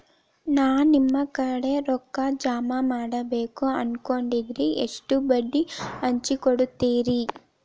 ನಾ ನಿಮ್ಮ ಕಡೆ ರೊಕ್ಕ ಜಮಾ ಮಾಡಬೇಕು ಅನ್ಕೊಂಡೆನ್ರಿ, ಎಷ್ಟು ಬಡ್ಡಿ ಹಚ್ಚಿಕೊಡುತ್ತೇರಿ?